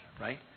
right